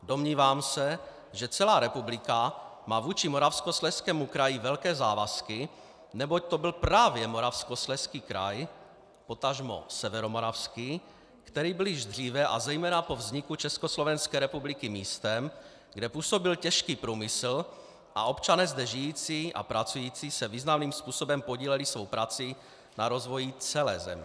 Domnívám se, že celá republika má vůči Moravskoslezskému kraji velké závazky, neboť to byl právě Moravskoslezský kraj, potažmo Severomoravský, který byl již dříve, a zejména po vzniku Československé republiky, místem, kde působil těžký průmysl a občané zde žijící a pracující se významným způsobem podíleli svou prací na rozvoji celé země.